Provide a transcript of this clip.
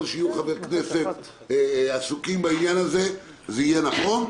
שיהיו חברי כנסת עסוקים בעניין הזה זה יהיה נכון.